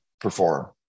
perform